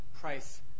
price